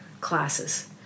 classes